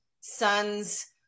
son's